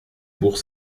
bourg